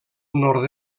nord